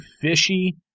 fishy